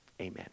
amen